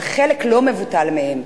אבל חלק לא מבוטל מהם,